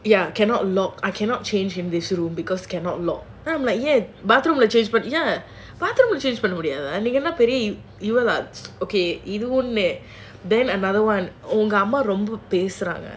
ya cannot lock I cannot change in this room because cannot lock then I'm like then another one உங்க அம்மா ரொம்ப பேசுறாங்க:unga amma romba pesuraanga